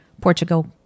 Portugal